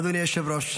אדוני היושב-ראש,